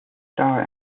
star